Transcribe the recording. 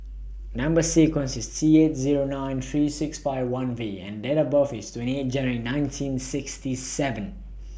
Number sequence IS T eight Zero nine three six five one V and Date of birth IS twenty eight January nineteen sixty seven